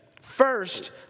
First